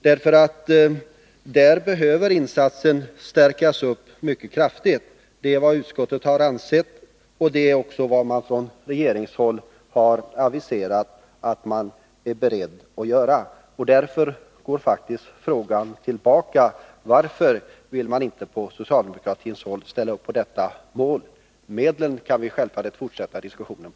Där behöver insatserna stärkas mycket kraftigt. Det är vad utskottet ansett, och det är också vad man från regeringshåll har aviserat att man är beredd att göra. Därför går faktiskt frågan tillbaka: Varför vill man inte på socialdemokratiskt håll ställa upp för detta mål? Medlen kan vi självfallet fortsätta att diskutera.